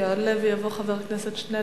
יעלה ויבוא חבר הכנסת עתניאל שנלר.